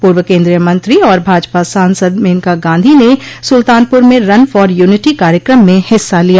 पूर्व केन्द्रीय मंत्री और भाजपा सांसद मेनका गांधी ने सुल्तानपुर में रन फॉर यूनिटी कार्यक्रम में हिस्सा लिया